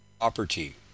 property